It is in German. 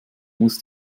muss